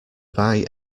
buy